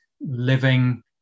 living